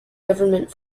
government